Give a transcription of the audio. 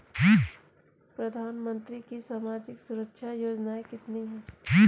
प्रधानमंत्री की सामाजिक सुरक्षा योजनाएँ कितनी हैं?